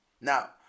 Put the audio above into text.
Now